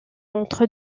entre